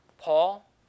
Paul